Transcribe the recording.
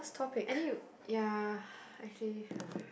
any you ya actually